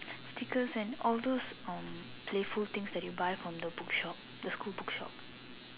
stickers and all those um playful things that you buy from the bookshop the school bookshop